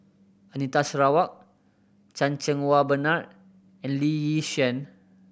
Anita Sarawak Chan Cheng Wah Bernard and Lee Yi Shyan